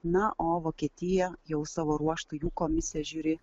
na o vokietija jau savo ruožtu jų komisija žiuri